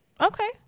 Okay